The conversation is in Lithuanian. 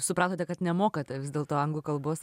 supratote kad nemokate vis dėlto anglų kalbos